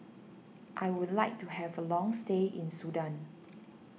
I would like to have a long stay in Sudan